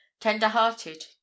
tender-hearted